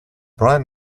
brian